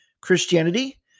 Christianity